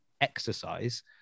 exercise